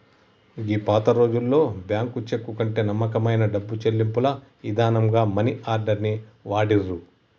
గీ పాతరోజుల్లో bank cheque కంటే నమ్మకమైన డబ్బు చెల్లింపుల ఇదానంగా మనీ ఆర్డర్ ని వాడిర్రు